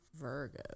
Virgo